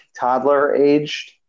toddler-aged